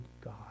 God